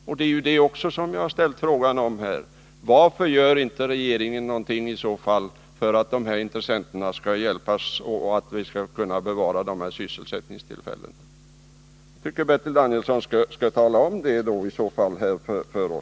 Men jag har då frågat: Varför gör inte regeringen någonting för att hjälpa dessa intressenter så att sysselsättningstillfällena kan Om sysselsättning bevaras? Bertil Danielsson kan kanske tala om det för oss. en vid Kalmar